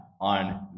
on